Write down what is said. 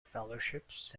fellowships